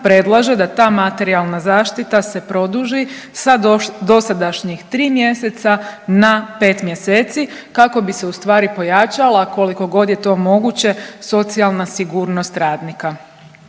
predlaže da ta materijalna zaštita se produži sa dosadašnjih 3 mjeseca na 5 mjeseci kako bi se ustvari pojačala, koliko god je to moguće, socijalna sigurnost radnika.